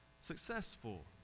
successful